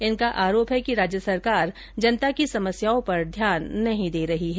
इनका आरोप है कि राज्य सरकार जनता की समस्याओं पर ध्यान नहीं दे रही है